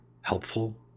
helpful